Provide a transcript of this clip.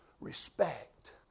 respect